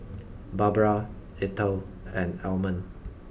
Barbara Ethel and Almond